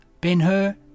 Ben-Hur